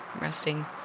resting